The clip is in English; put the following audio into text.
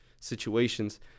situations